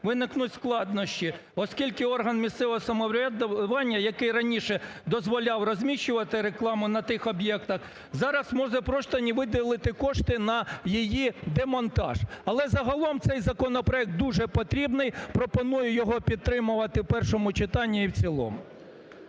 виникнуть складнощі, оскільки органи місцевого самоврядування, який раніше дозволяв розміщувати рекламу на тих об'єктах, зараз може просто не виділити кошти на її демонтаж. Але загалом цей законопроект дуже потрібний. Пропоную його підтримувати в першому читанні і в цілому.